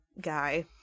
guy